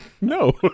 No